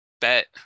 bet